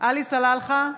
עלי סלאלחה,